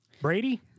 Brady